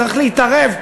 צריך להתערב,